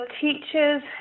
teachers